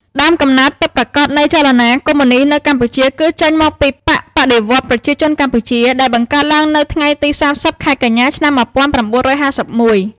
ដើមកំណើតពិតប្រាកដនៃចលនាកុម្មុយនីស្តនៅកម្ពុជា គឺចេញមកពី «បក្សបដិវត្តន៍ប្រជាជនកម្ពុជា» ដែលបង្កើតឡើងនៅថ្ងៃទី៣០ ខែកញ្ញា ឆ្នាំ១៩៥១។